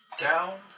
Down